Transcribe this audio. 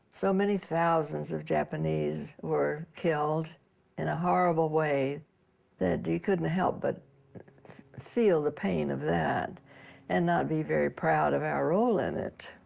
so many thousands of japanese were killed in a horrible way that you couldn't help but feel the pain of that and not be very proud of our role in it.